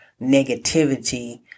negativity